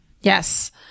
Yes